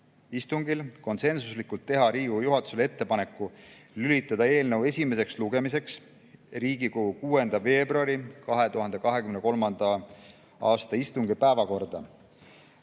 istungil konsensuslikult teha Riigikogu juhatusele ettepaneku lülitada eelnõu esimeseks lugemiseks Riigikogu 6. veebruari istungi päevakorda.